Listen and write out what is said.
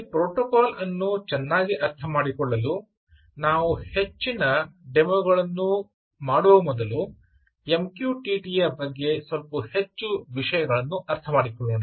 ಈ ಪ್ರೋಟೋಕಾಲ್ ಅನ್ನು ಚೆನ್ನಾಗಿ ಅರ್ಥಮಾಡಿಕೊಳ್ಳಲು ನಾವು ಹೆಚ್ಚಿನ ಡೆಮೊ ಗಳನ್ನು ಮಾಡುವ ಮೊದಲು MQTT ಬಗ್ಗೆ ಸ್ವಲ್ಪ ಹೆಚ್ಚು ವಿಷಯಗಳನ್ನು ಅರ್ಥಮಾಡಿಕೊಳ್ಳೋಣ